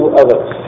others